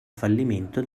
fallimento